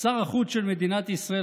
שר החוץ של מדינת ישראל,